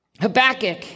Habakkuk